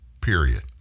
period